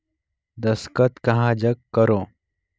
दस्खत कहा जग करो?